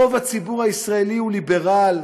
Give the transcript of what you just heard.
רוב הציבור הישראלי הוא ליברלי,